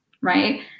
right